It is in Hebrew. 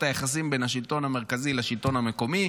היחסים בין השלטון המרכזי לשלטון המקומי.